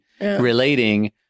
relating